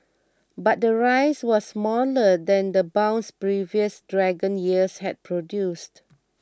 but the rise was smaller than the bounce previous Dragon years had produced